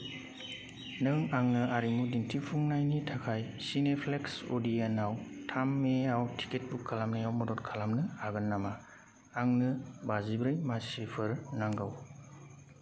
नों आंनो आरिमु दिन्थिफुंनायनि थाखाय सिनेप्लेक्स ओडियन आव थाम मे आव टिकेट बुक खालामनायाव मदद खालामनो हागोन नामा आंनो बाजिब्रै मासिफोर नांगौ